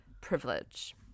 Privilege